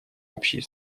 общей